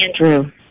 Andrew